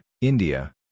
India